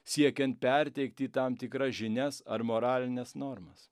siekiant perteikti tam tikras žinias ar moralines normas